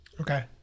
Okay